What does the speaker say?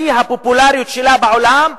שיא הפופולריות שלה בעולם,